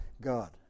God